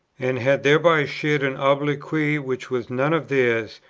and had thereby shared an obloquy which was none of theirs,